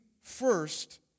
first